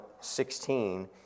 16